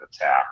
attack